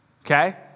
okay